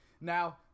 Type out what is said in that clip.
now